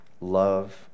love